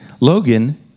Logan